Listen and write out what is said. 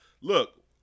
look